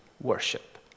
worship